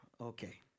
Okay